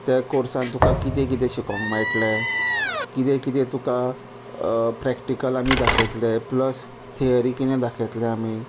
ते कोर्सान तुका किदें किदें शिकोंक मेळट्लें किदें किदें तुका प्रॅक्टिकल आमी दाखयतले प्लस थियरी किदें दाखयतले आमी